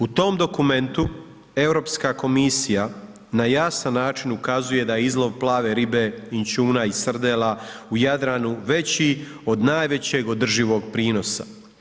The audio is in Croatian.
U tom dokumentu Europska komisija na jasan način ukazuje da je izlov plave ribe inćuna i srdela u Jadranu veći od najvećeg održivog prinosa.